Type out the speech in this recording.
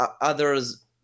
Others